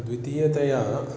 द्वितीयतया